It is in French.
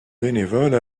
bénévole